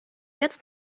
jetzt